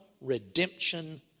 redemption